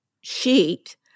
sheet